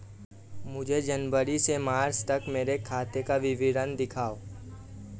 मुझे जनवरी से मार्च तक मेरे खाते का विवरण दिखाओ?